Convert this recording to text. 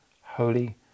Holy